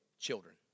children